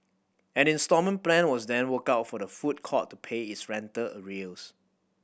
an instalment plan was then worked out for the food court to pay its rental arrears